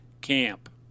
camp